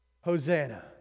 Hosanna